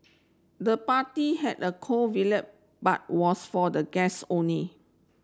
the party had a cool but was for the guests only